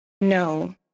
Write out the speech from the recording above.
No